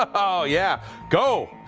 oh yeah. go.